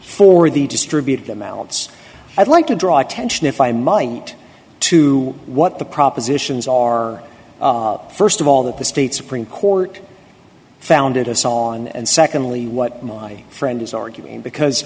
for the distributed amounts i'd like to draw attention if i might to what the propositions are first of all that the state supreme court founded a song and secondly what my friend is arguing because